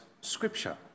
Scripture